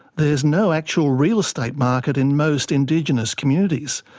there's no actual real estate market in most indigenous communities,